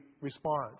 response